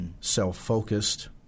self-focused